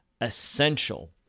essential